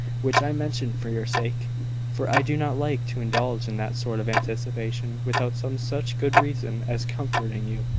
which i mention for your sake for i do not like to indulge in that sort of anticipation without some such good reason as comforting you.